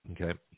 Okay